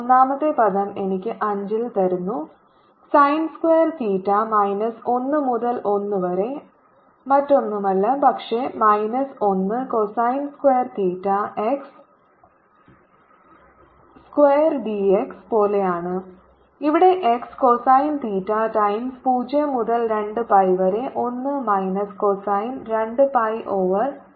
ഒന്നാമത്തെ പദം എനിക്ക് അഞ്ചിൽ തരുന്നു സൈൻ സ്ക്വാർ തീറ്റ മൈനസ് 1 മുതൽ 1 വരെ മറ്റൊന്നുമല്ല പക്ഷെ minus 1 cosine square theta x square dx പോലെയാണ് ഇവിടെ x കോസൈൻ തീറ്റ ടൈംസ് 0 മുതൽ 2 pi വരെ 1 minus cosine 2 pi over 2 d phi ആണ്